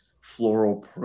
floral